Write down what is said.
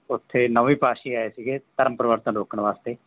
ਉੱਥੇ ਨੌਵੀਂ ਪਾਤਸ਼ਾਹ ਜੀ ਆਏ ਸੀਗੇ ਧਰਮ ਪਰਿਵਰਤਨ ਰੋਕਣ ਵਾਸਤੇ